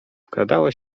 wkradała